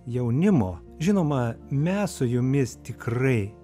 jaunimo žinoma mes su jumis tikrai